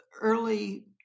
early